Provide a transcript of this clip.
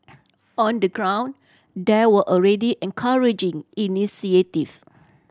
on the ground there were already encouraging initiative